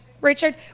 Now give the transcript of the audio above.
Richard